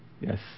Yes